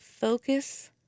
Focus